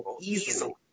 Easily